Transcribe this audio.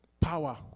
Power